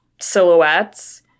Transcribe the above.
silhouettes